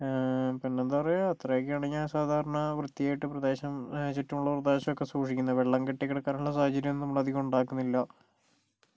പിന്നെന്താ പറയുക ഇത്രയൊക്കെയാണ് ഞാൻ സാധാരണ വൃത്തിയായിട്ട് പ്രദേശം ചുറ്റുമുള്ള പ്രദേശമൊക്കെ സൂക്ഷിക്കുന്നത് വെള്ളം കെട്ടി കിടക്കാനുള്ള സാഹചര്യമൊന്നും നമ്മളധികം ഉണ്ടാക്കുന്നില്ല